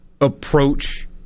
approach